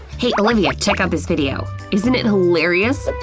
hey olivia, check out this video. isn't it hilarious?